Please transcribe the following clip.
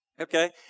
Okay